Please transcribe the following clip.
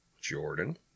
Jordan